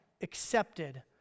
accepted